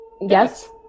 Yes